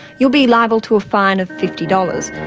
you'll be liable to a fine of fifty dollars.